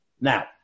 Now